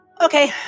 Okay